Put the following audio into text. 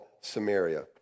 Samaria